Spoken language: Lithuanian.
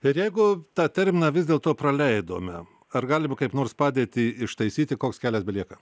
ir jeigu tą terminą vis dėlto praleidome ar galima kaip nors padėtį ištaisyti koks kelias belieka